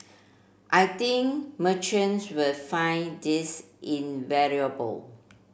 I think merchants will find this invaluable